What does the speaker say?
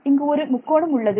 இங்கு ஒரு முக்கோணம் உள்ளது